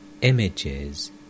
images